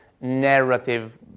narrative